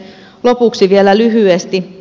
lopuksi vielä lyhyesti